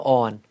on